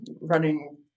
running